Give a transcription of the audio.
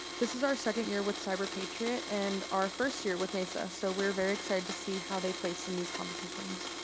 this is our second year with cyber patriot and our first year with mesa, so we are very excited to see how they place in these competitions.